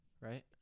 right